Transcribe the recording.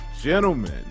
gentlemen